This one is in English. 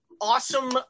awesome